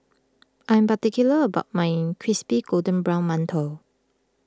I am particular about my Crispy Golden Brown Mantou